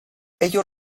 ellos